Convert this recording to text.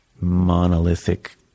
monolithic